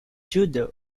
judo